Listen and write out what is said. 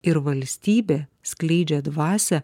ir valstybė skleidžia dvasią